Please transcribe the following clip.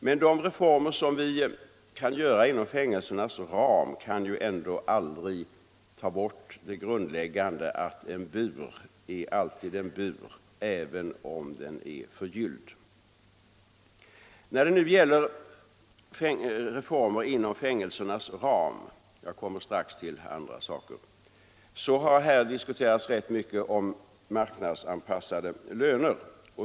Men de reformer som vi kan göra inom fängelsernas ram förmår ju ändå aldrig ta bort det grundläggande, att en bur är alltid en bur, även om den är förgylld. När det nu gäller reformer inom fängelsernas ram — jag kommer strax till andra saker — har här diskuterats rätt mycket om marknadsanpassade löner.